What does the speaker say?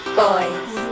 boys